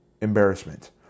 embarrassment